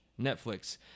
Netflix